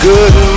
Good